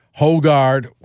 Hogard